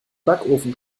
backofen